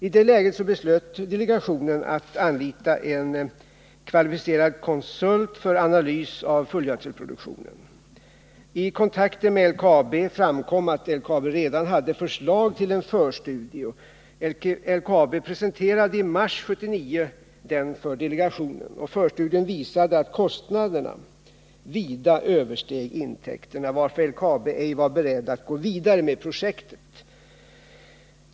I det läget beslöt delegationen att anlita en kvalificerad konsult för analys av fullgödselproduktionen. Vid kontakter med LKAB framkom att LKAB redan hade förslag till en förstudie. LKAB presenterade den i mars 1979 för Nr 42 delegationen. Förstudien visade att kostnaderna vida översteg intäkterna, Måndagen den varför LKAB inte var berett att gå vidare med projektet.